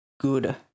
good